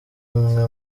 umwe